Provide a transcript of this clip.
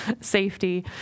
safety